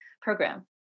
program